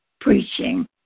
preaching